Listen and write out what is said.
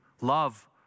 love